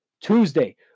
Tuesday